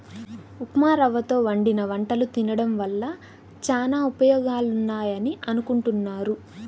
ఉప్మారవ్వతో వండిన వంటలు తినడం వల్ల చానా ఉపయోగాలున్నాయని అనుకుంటున్నారు